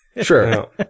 Sure